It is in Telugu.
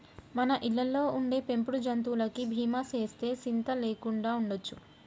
మన ఇళ్ళలో ఉండే పెంపుడు జంతువులకి బీమా సేస్తే సింత లేకుండా ఉండొచ్చు